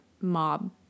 mob